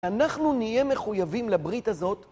אנחנו נהיה מחויבים לברית הזאת.